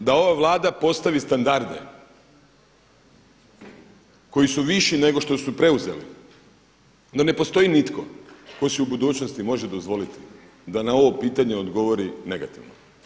Ako se dogodi da ova Vlada postavi standarde koji su viši nego što su preuzeli onda ne postoji nitko tko si u budućnosti može dozvoliti da na ovo pitanje odgovori negativno.